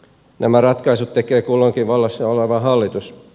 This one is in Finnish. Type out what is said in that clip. nämä ratkaisut tekee kulloinkin vallassa oleva hallitus